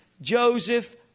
Joseph